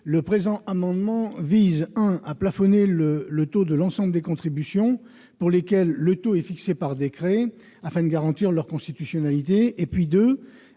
le présent amendement vise, premièrement, à plafonner le taux de l'ensemble des contributions pour lesquelles le taux est fixé par décret, afin de garantir leur constitutionnalité ;